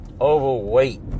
Overweight